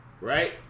Right